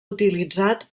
utilitzat